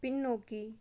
பின்னோக்கி